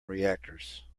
reactors